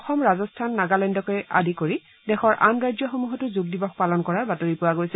অসম ৰাজস্থান নাগালেণ্ডকে আদি কৰি দেশৰ আন ৰাজ্যসমূহতো যোগ দিৱস পালন কৰাৰ বাতৰি পোৱা গৈছে